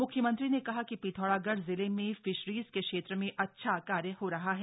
मुख्यमंत्री ने कहा कि पिथौरागढ़ जिले में फिशरीज के क्षेत्र में अच्छा कार्य हो रहा है